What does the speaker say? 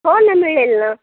हो ना मिळेल ना